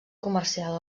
comercial